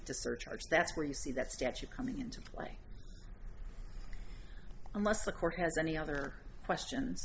surcharge that's where you see that statue coming into play unless the court has any other questions